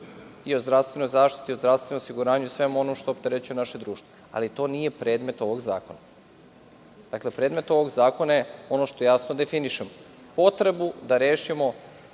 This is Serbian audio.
i o zdravstvenoj zaštiti i o zdravstvenom osiguranju i o svemu onome što opterećuje naše društvo. Ali, to sada nije predmet ovog zakona. Predmet ovog zakona je ono što jasno definišemo – potrebu da rešimo,